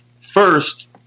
First